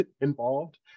involved